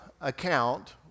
account